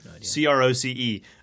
C-R-O-C-E